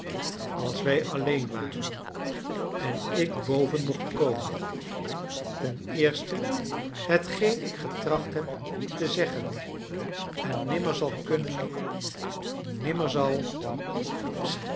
als wij alleen waren en ik boven mocht komen ten eerste hetgeen ik getracht heb te zeggen en nimmer zal kunnen nimmer zal